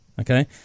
Okay